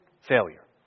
failure